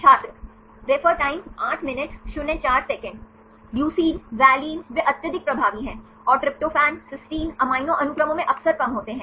छात्र leucine valine वे अत्यधिक प्रभावी हैं और ट्रिप्टोफैन सिस्टीन अमीनो अनुक्रमों में अक्सर कम होते हैं